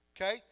Okay